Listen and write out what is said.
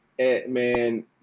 man